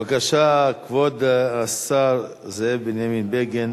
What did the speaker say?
בבקשה, כבוד השר זאב בנימין בגין